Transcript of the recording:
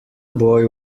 boy